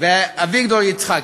ואביגדור יצחקי,